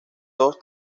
dos